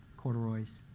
corduroys,